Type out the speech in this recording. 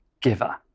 giver